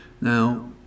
Now